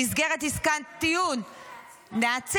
במסגרת עסקת טיעון ----- יסמין